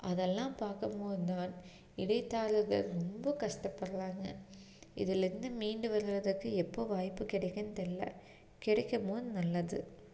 அதெல்லாம் பார்க்கம்போது தான் இடைத்தரகர்கள் ரொம்ப கஷ்டப்படுறாங்க இதிலருந்து மீண்டு வருவதுக்கு எப்போது வாய்ப்பு கிடைக்குன்னு தெரில கிடைக்கும்போது நல்லது